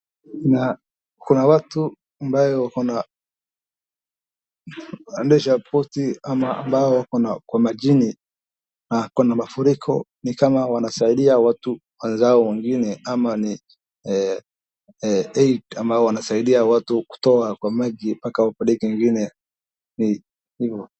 Kuna watu ambapo wapo majini na kuna mafuriko na kuna watu wanasaidia wengine kutoka majini.